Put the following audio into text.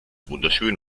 wunderschön